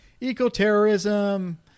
eco-terrorism